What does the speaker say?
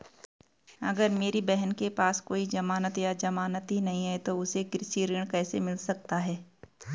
अगर मेरी बहन के पास कोई जमानत या जमानती नहीं है तो उसे कृषि ऋण कैसे मिल सकता है?